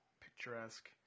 picturesque